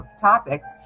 topics